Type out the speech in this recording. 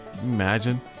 Imagine